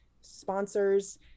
sponsors